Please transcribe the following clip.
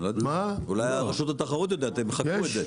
אולי רשות התחרות יודעת, הם חקרו את זה.